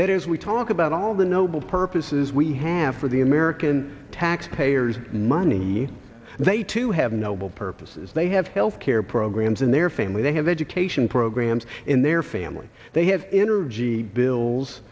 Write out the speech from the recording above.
that is we talk about all the noble purposes we have for the american taxpayers money and they too have noble purposes they have health care programs in their family they have education programs in their family they have energy bills